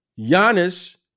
Giannis